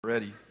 Ready